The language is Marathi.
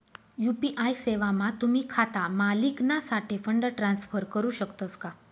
यु.पी.आय सेवामा तुम्ही खाता मालिकनासाठे फंड ट्रान्सफर करू शकतस का